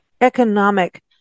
economic